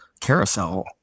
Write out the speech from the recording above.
carousel